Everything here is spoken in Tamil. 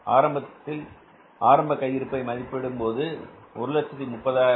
ஆரம்பத்தில் ஆரம்ப கையிருப்பை மதிப்பிடும் போது அது 130000